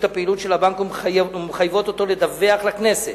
הפעילות של הבנק ומחייבות אותו לדווח לכנסת,